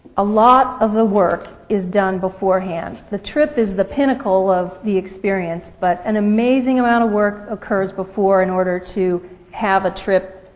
a lot of the work is done beforehand. the trip is the pentacle of the experience, but an amazing amount of work occurs before in order to have a trip,